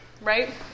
right